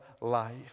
life